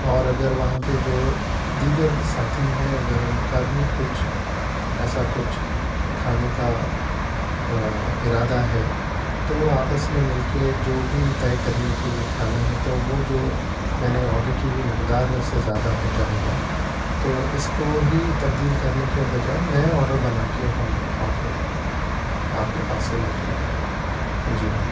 اور اگر وہاں پہ جو دیگر ساتھی ہے اگر ان کا بھی کچھ ایسا کچھ کھانے کا ارادہ ہے تو وہ آپس میں مل کے جو بھی طے کریں گے کہ یہ کھانا ہے تو وہ جو میں نے آڈر کی ہوئی مقدار ہے اس سے زیادہ ہو جائے گا تو اس کو ہی تبدیل کرنے کے بجائے نیا آڈر بنا کے ہم آڈر آپ کے پاس سے لے لیں گے جی